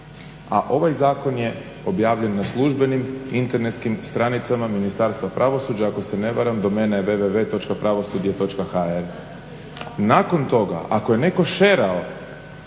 a ovaj zakon je objavljen na službenim internetskim stranicama Ministarstva pravosuđa ako se ne varam domene www.pravosudje.hr. Nakon toga ako je netko sherao